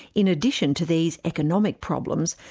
in addition to these economic problems,